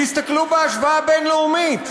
תסתכלו בהשוואה בין-לאומית,